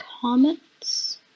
comments